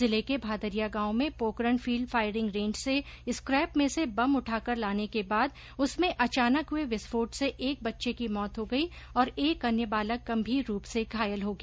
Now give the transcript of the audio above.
जिले के भादरिया गांव में पोकरण फील्ड फायरिंग रेंज से स्कैप में से बम उठाकर लाने के बाद उसमें अचानक हुये विस्फोट से एक बच्चे की मौत हो गई और एक अन्य बालक गंभीर रूप से घायल हो गया